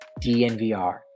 DNVR